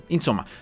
Insomma